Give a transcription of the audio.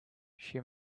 she